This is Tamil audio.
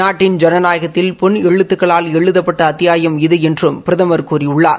நாட்டின் ஜனநாயகத்தில் பொன் எழுத்துக்களால் எழுதப்பட்ட அத்தியாயம் இது என்றும் பிரதமா் கூறியுள்ளார்